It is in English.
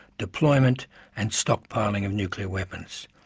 deployment and stockpiling of nuclear weapons.